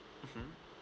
mmhmm